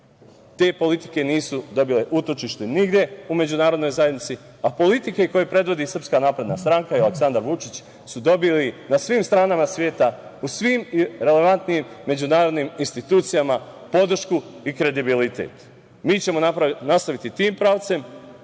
Te politike nisu dobile utočište nigde u međunarodnoj zajednici, a politike koje predvodi SNS i Aleksandar Vučić su dobile na svim stranama sveta, u svim relevantnim međunarodnim institucijama podršku i kredibilitet. Mi ćemo nastaviti tim pravcem,